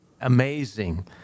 Amazing